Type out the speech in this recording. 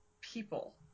people